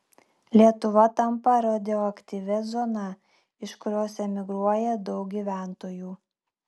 lietuva tampa radioaktyvia zona iš kurios emigruoja daug gyventojų